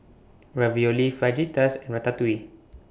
Ravioli Fajitas Ratatouille